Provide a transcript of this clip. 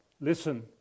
Listen